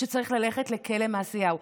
שצריך ללכת לכלא מעשיהו.